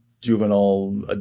juvenile